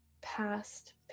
past